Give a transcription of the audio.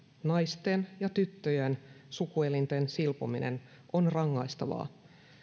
naisten ja tyttöjen sukuelinten silpominen on rangaistavaa